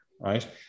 right